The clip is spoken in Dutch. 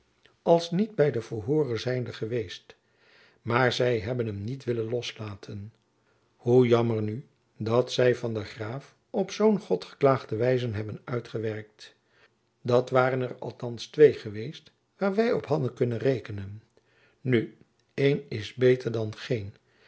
als niet by de verhooren zijnde geweest maar zy hebben hem niet willen loslaten hoe jammer nu dat zy er van der graef op zoo'n godgeklaagde wijze hebben uitgewerkt dat waren er althands twee geweest waar wy op hadden kunnen rekenen nu een is beter dan geen